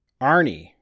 Arnie